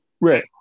right